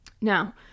Now